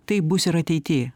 taip bus ir ateity